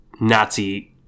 Nazi